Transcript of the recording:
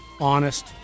Honest